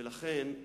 לכן,